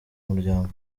umuryango